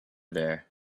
there